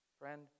Friend